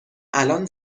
الان